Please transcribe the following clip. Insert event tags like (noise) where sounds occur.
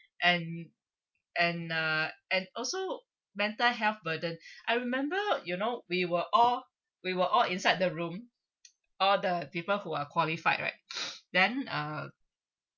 and and uh and also mental health burden I remember you know we were all we were all inside the room all the people who are qualified right (breath) then uh